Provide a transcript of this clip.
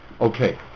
okay